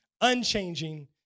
unchanging